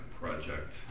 project